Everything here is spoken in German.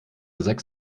sechs